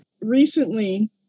recently